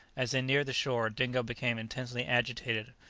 as they neared the shore, dingo became intensely agitated.